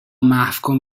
محوکن